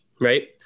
right